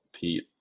Pete